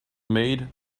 made